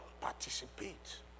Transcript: participate